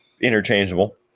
Interchangeable